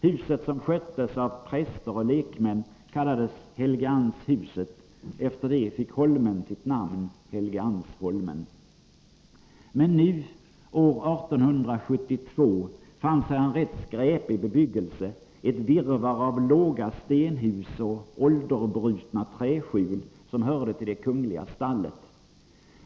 Huset, som sköttes av präster och lekmän, kallades Helgeandshuset, och efter det fick holmen sitt namn, Helgeandsholmen. År 1872 fanns här en rätt skräpig bebyggelse, ett virrvarr av låga stenhus och ålderbrutna träskjul som hörde till det kungliga stallet.